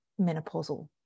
menopausal